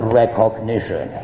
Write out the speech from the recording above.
recognition